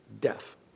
death